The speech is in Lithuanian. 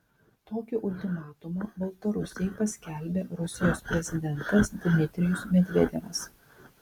tokį ultimatumą baltarusijai paskelbė rusijos prezidentas dmitrijus medvedevas